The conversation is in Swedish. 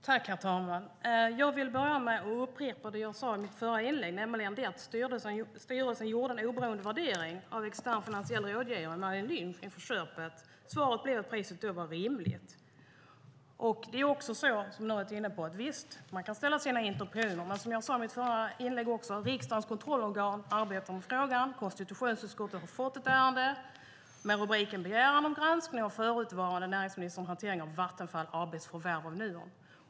Herr talman! Jag vill börja med att upprepa det som jag sade i mitt förra inlägg, nämligen att styrelsen lät en extern finansiell rådgivare, Merrill Lynch, göra en oberoende värdering inför köpet. Svaret blev att priset var rimligt. Det är också så, som några har varit inne på, att visst kan man ställa sina interpellationer, men som jag också sade i mitt förra inlägg arbetar riksdagens kontrollorgan med frågan. Konstitutionsutskottet har fått ett ärende med rubriken Begäran om granskning av förutvarande näringsministerns hantering av Vattenfall AB:s förvärv av Nuon.